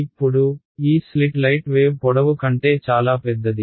ఇప్పుడు ఈ slit light wave పొడవు కంటే చాలా పెద్దది